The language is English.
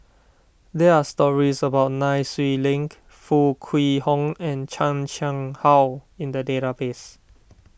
there are stories about Nai Swee Link Foo Kwee Horng and Chan Chang How in the database